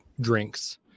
drinks